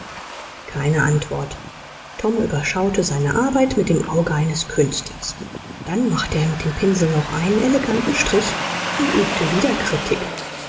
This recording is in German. keine antwort tom überschaute seine arbeit mit dem auge eines künstlers dann machte er mit dem pinsel noch einen eleganten strich und übte wieder kritik